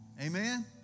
Amen